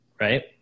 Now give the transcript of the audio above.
right